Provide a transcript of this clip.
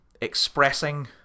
expressing